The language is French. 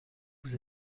vous